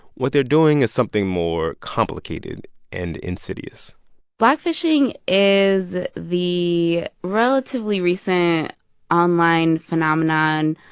what they're doing is something more complicated and insidious blackfishing is the relatively recent online phenomenon,